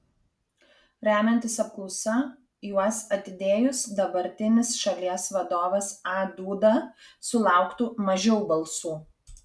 remiantis apklausa juos atidėjus dabartinis šalies vadovas a duda sulauktų mažiau balsų